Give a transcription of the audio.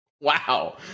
wow